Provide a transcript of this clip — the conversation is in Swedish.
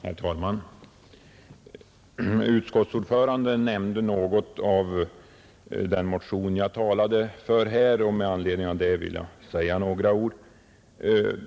Herr talman! Utskottets ordförande nämnde något om den motion som jag talade för här, och med anledning av detta vill jag säga några ord.